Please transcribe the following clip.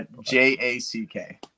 J-A-C-K